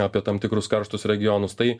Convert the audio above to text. apie tam tikrus karštus regionus tai